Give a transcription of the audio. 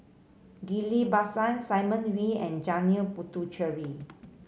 Ghillie Basan Simon Wee and Janil Puthucheary